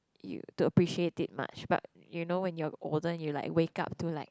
you to appreciate it much but you know when you're older and you like wake up to like